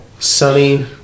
Sunny